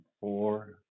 four